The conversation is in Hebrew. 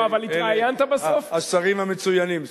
השרים המצוינים.